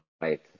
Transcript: right